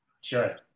Sure